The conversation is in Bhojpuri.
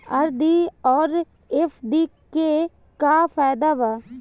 आर.डी आउर एफ.डी के का फायदा बा?